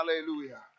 Hallelujah